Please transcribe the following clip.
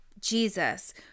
Jesus